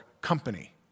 company